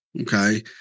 Okay